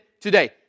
today